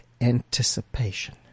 anticipation